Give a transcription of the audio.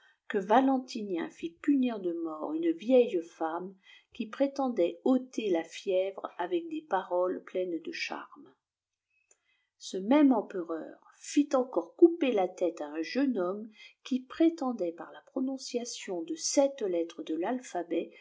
que valentinien fit punir de mort une vieille femme qui prétendait ôter la fièvre avec des paroles pleines de charmes ce même empereur fit encore couper la tête à un jeune homme qui prétendait par la prononciation de sept lettres de l'alphabet